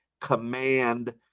command